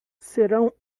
serão